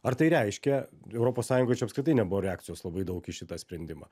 ar tai reiškia europos sąjungoj čia apskritai nebuvo reakcijos labai daug į šitą sprendimą